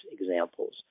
examples